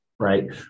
right